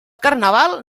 carnaval